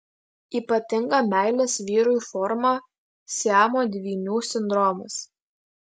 ypatinga meilės vyrui forma siamo dvynių sindromas